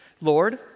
Lord